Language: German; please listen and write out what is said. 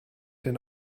den